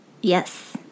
Yes